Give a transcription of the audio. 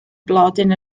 blodyn